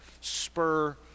spur